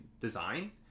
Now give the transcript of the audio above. design